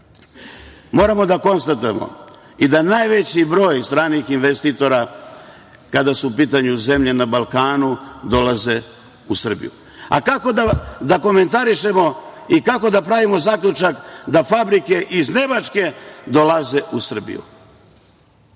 radimo. Moramo da konstatujemo i da najveći broj stranih investitora, kada su u pitanju zemlje na Balkanu, dolaze u Srbiju. A, kako da komentarišemo i kako da pravimo zaključak da fabrike iz Nemačke dolaze u Srbiju?